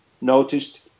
noticed